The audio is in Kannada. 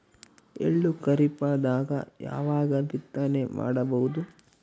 ಎಳ್ಳು ಖರೀಪದಾಗ ಯಾವಗ ಬಿತ್ತನೆ ಮಾಡಬಹುದು?